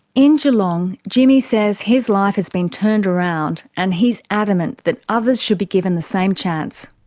in geelong, jimmy says his life has been turned around and he's adamant that others should be given the same chance.